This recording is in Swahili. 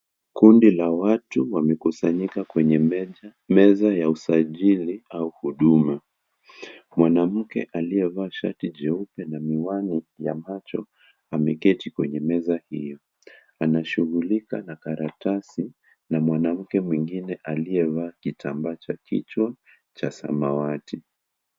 Kundi la watu wamekusanyika kwenye meza ya usajili au huduma mwanamke aliyevaa shati jeupe na miwani ya macho ameketi kwenye meza hiyo anashighulika na karatasi na mwanamke mwingine aliyevaa kitambaa cha kichwa cha samawati.